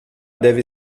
deve